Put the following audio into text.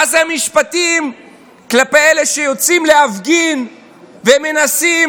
מה זה המשפטים כלפי אלה שיוצאים להפגין ומנסים